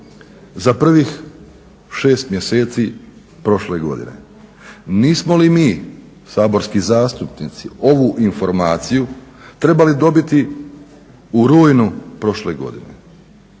za prvih 6 mjeseci prošle godine. Nismo li mi saborski zastupnici ovu informaciju trebali dobiti u rujnu prošle godine